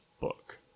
book